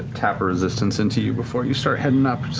ah tap resistance into you before you start heading up.